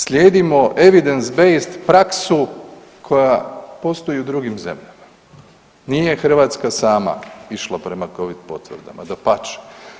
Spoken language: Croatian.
Slijedimo Evidence-Based praksu koja postoji i u drugim zemljama, nije Hrvatska sama išla prema covid potvrdama, dapače.